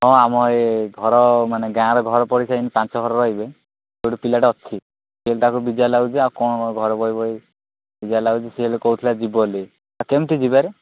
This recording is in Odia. ହଁ ଆମ ଏ ଘର ମାନେ ଗାଁର ଘର ପରିକା ଏମିତି ପାଞ୍ଚ ଘର ରହିବେ ସେଇଠି ପିଲାଟା ଅଛି ଏମିତି ବିଜାର୍ ତାକୁ ଲାଗୁଛି ଆଉ କ'ଣ ଘରେ ବଇ ବଇ କରିବା ବିଜା ଲାଗୁଛି ସିଏ ହେଲେ କହୁଥିଲା ଯିବ ବୋଲି ଆ କେମିତି ଯିବାରେ